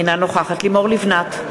אינה נוכחת לימור לבנת,